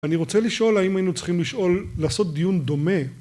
אני רוצה לשאול האם היינו צריכים לשאול לעשות דיון דומה